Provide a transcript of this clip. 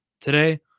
today